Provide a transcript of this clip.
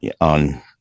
on